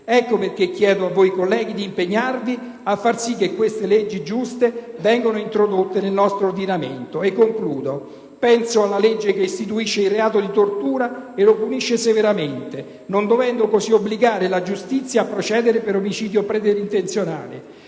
ecco perché chiedo a voi colleghi di impegnarvi per far sì che queste leggi giuste vengano introdotte nel nostro ordinamento. Penso alla legge che istituisce il reato di tortura e lo punisce severamente, non dovendo così obbligare la giustizia a procedere per omicidio preterintenzionale.